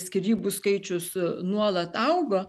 skyrybų skaičius nuolat augo